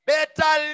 Better